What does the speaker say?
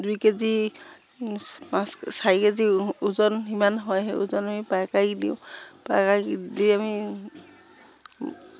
দুই কেজি পাঁচ চাৰি কেজি ওজন সিমান হয় সেই ওজন আমি পাইকাৰিত দিওঁ পাইকাৰিত দি আমি